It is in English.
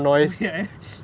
won't hear any